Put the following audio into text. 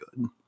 good